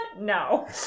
no